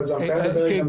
אבל זו הנחיית הדרג המדיני.